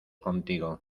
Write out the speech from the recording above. contigo